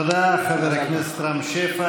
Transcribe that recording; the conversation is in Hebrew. תודה, חבר הכנסת רם שפע,